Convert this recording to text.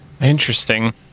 Interesting